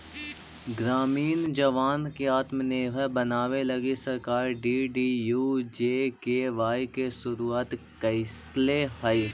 ग्रामीण जवान के आत्मनिर्भर बनावे लगी सरकार डी.डी.यू.जी.के.वाए के शुरुआत कैले हई